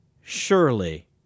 surely